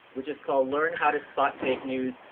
which is called learn how to spot fake news,